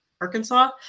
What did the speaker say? Arkansas